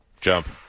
Jump